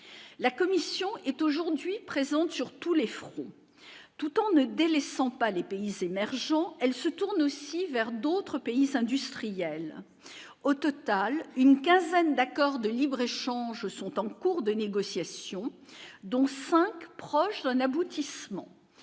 la commission est aujourd'hui présente sur tous les fronts, tout en ne délaissant pas les pays s'émergents, elle se tourne aussi vers d'autres pays s'industriel au total une quinzaine d'accords de libre-échange sont en cours de négociation donc fin proche d'un aboutissement